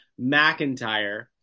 McIntyre